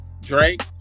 Drake